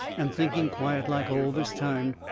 and thinking, quiet-like, all this time.